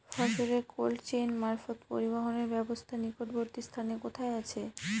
ফসলের cold chain মারফত পরিবহনের ব্যাবস্থা নিকটবর্তী স্থানে কোথায় আছে?